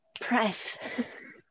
press